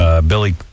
Billy